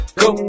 go